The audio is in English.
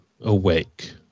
awake